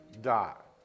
dot